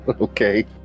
okay